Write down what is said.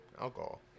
Alcohol